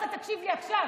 אתה תקשיב לי עכשיו,